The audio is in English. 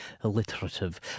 alliterative